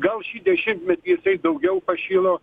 gal šį dešimtmetį tai daugiau pašilo